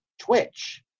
Twitch